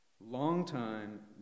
longtime